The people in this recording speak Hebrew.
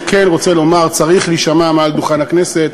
אני כן רוצה לומר: צריך להישמע מעל דוכן הכנסת,